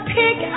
pick